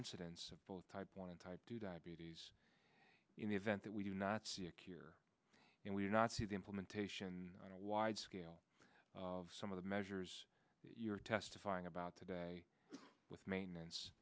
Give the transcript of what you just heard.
incidence of both type one and type two diabetes in the event that we do not see a cure and we not see the implementation on a wide scale of some of the measures you're testifying about today with maintenance